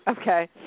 Okay